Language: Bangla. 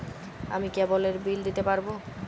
আমি কেবলের বিল দিতে পারবো?